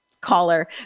caller